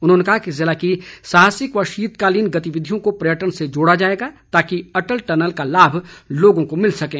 उन्होंने कहा कि जिले की साहसिक व शीतकालीन गतिविधियों को पर्यटन से जोड़ा जाएगा ताकि अटल टनल का लाभ लोगों को मिल सकें